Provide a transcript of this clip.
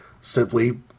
simply